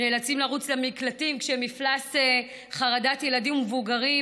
נאלצים לרוץ למקלטים כשמפלס חרדת הילדים והמבוגרים,